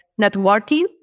networking